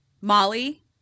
Molly